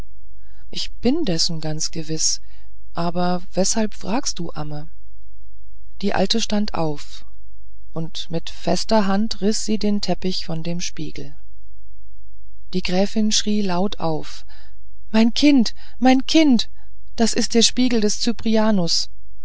ich bin dessen ganz gewiß aber weshalb fragst du amme die alte stand auf und mit fester hand riß sie den teppich von dem spiegel die gräfin schrie laut auf mein kind mein kind das ist der spiegel des